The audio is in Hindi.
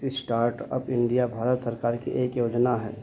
स्टार्टअप इंडिया भारत सरकार की एक योजना है